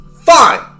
fine